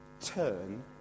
Turn